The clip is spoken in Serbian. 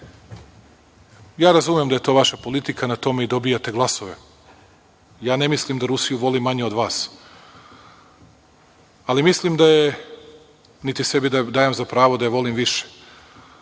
ja razumem da je to vaša politika, na tome i dobijate glasove. Ja ne mislim da Rusiju volim manje od vas, ali mislim, niti sebi dajem za pravo da je volim više,